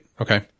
Okay